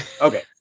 Okay